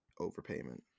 overpayment